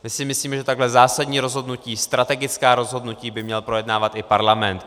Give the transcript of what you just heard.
My si myslíme, že takhle zásadní rozhodnutí, strategická rozhodnutí, by měl projednávat i parlament.